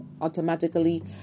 automatically